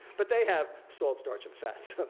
but they have salt, starch, and fat.